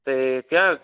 tai tie